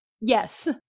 Yes